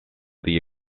the